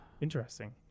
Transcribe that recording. Interesting